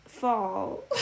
fall